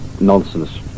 nonsense